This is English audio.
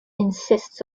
insists